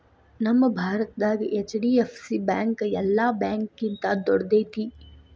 ನಮ್ಮ ಭಾರತದ HDFC bank ಯೆಲ್ಲಾ ಬ್ಯಾಂಕ್ಗಿಂತಾ ದೊಡ್ದೈತಿ